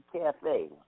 Cafe